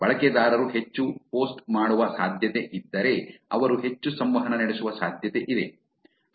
ಬಳಕೆದಾರರು ಹೆಚ್ಚು ಪೋಸ್ಟ್ ಮಾಡುವ ಸಾಧ್ಯತೆಯಿದ್ದರೆ ಅವರು ಹೆಚ್ಚು ಸಂವಹನ ನಡೆಸುವ ಸಾಧ್ಯತೆಯಿದೆ